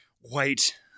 white